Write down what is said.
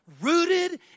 Rooted